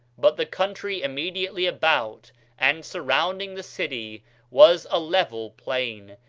but the country immediately about and surrounding the city was a level plain,